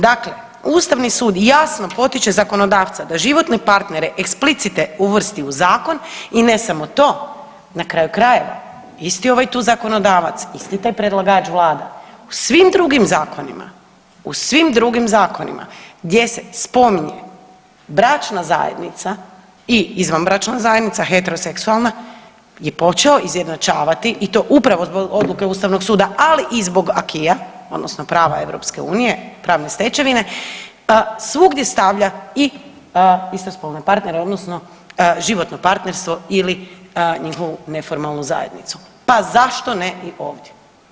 Dakle, ustavni sud jasno potiče zakonodavca da životne partnere explicite uvrsti u zakon i ne samo to, na kraju krajeva isti ovaj tu zakonodavac, isti taj predlagač vlada u svim drugim zakonima, u svim drugim zakonima gdje se spominje bračna zajednica i izvanbračna zajednica heteroseksualna, je počeo izjednačavati i to upravo zbog odluke ustavnog suda, ali i zbog AKI-a odnosno prava EU, pravne stečevine svugdje stavnja i istospolne partere odnosno životno partnerstvo ili njihovu neformalnu zajednicu, pa zašto ne i ovdje?